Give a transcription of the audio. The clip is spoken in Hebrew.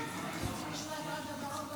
סימון.